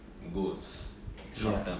goals short term